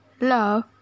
love